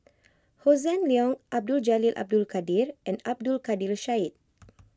Hossan Leong Abdul Jalil Abdul Kadir and Abdul Kadir Syed